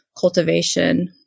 cultivation